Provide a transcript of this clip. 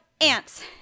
Ants